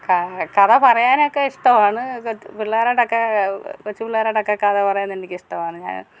കഥ പറയാനൊക്കെ ഇഷ്ടമാണ് പിള്ളേരോടൊക്കെ കൊച്ചു പിള്ളേരോടൊക്കെ കഥ പറയാൻ എനിക്ക് ഇഷ്ടമാണ് ഞാൻ